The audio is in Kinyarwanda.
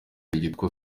ryitwa